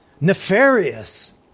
Nefarious